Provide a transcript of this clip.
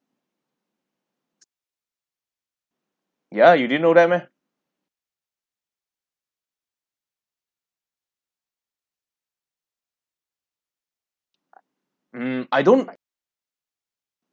ya you didn't know that meh mm I don't